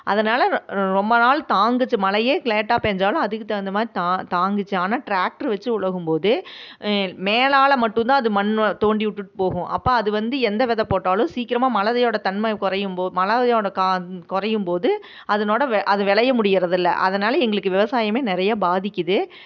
அதனால் ரொம்ப நாள் தாங்குச்சு மழையே லேட்டாக பெஞ்சாலும் அதுக்கு தகுந்த மாதிரி தான் தாங்குச்சு ஆனால் ட்ராக்ட்ரு வெச்சு உழுகும் போது மேலால் மட்டும்தான் அது மண்ணை தோண்டி விட்டுட்டு போகும் அப்போ அது வந்து எந்த விதை போட்டாலும் சீக்கிரமாக மழையோட தன்மை குறையும் போது மழையோட கா குறையும் போது அதனோட வ அது விளைய முடிகிறது இல்லை அதனால் எங்களுக்கு விவசாயமே நிறையா பாதிக்குது